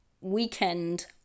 weekend